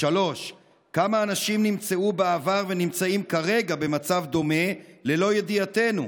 3. כמה אנשים נמצאו בעבר ונמצאים כרגע במצב דומה ללא ידיעתנו?